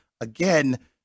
Again